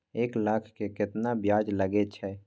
एक लाख के केतना ब्याज लगे छै?